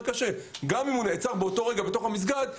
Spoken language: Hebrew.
גם אם הוא נעצר באותו רגע בתוך המסגד,